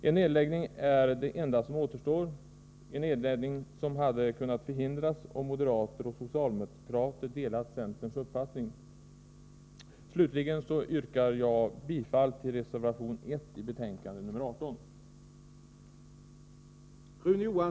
En nedläggning är det enda som återstår — en nedläggning som hade kunnat förhindras om moderater och socialdemokrater delat centerns uppfattning. Slutligen yrkar jag bifall till reservation 1 i betänkande nr 18.